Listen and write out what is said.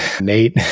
Nate